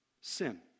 sin